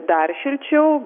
dar šilčiau